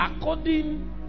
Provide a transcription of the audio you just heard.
according